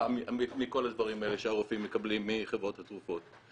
הדברים האלה שהרופאים מקבלים מחברות התרופות.